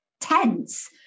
tense